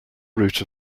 root